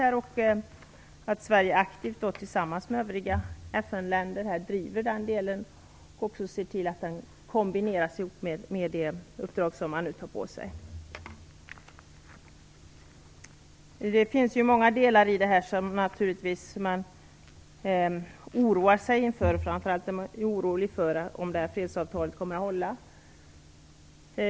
Dessutom gäller det att Sverige tillsammans med övriga FN-länder driver den delen och ser till att den kombineras med det uppdrag som man nu tar på sig. Här finns det många delar för vilka man naturligtvis känner oro. Framför allt finns oron för om fredsavtalet kommer att hålla.